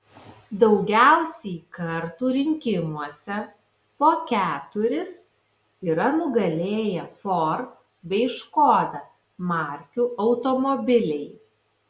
daugiausiai kartų rinkimuose po keturis yra nugalėję ford bei škoda markių automobiliai